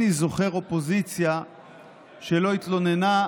במדרשי חורבן מסופר על כמה תנאים שהיו שהלכו להר הצופים,